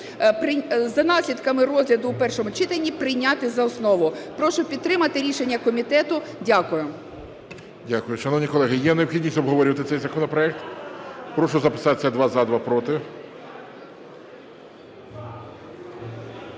за наслідками розгляду у першому читанні прийняти за основу. Прошу підтримати рішення комітету. Дякую. ГОЛОВУЮЧИЙ. Дякую. Шановні колеги, є необхідність обговорювати цей законопроект? Прошу записатися: два – за, два – проти.